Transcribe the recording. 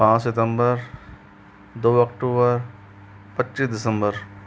पाँच सितम्बर दो अक्टुबर पच्चीस दिसम्बर